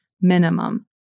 minimum